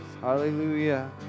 Hallelujah